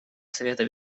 совета